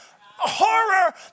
horror